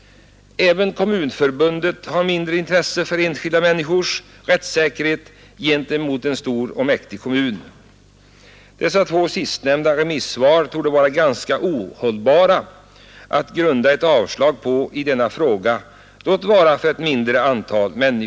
Även Kommunförbundet har mindre intresse för enskilda människors rättssäkerhet gentemot en stor och mäktig kommun. De två sistnämnda remissvaren torde vara ganska ohållbara att grunda ett avslag på i denna fråga. Herr talman!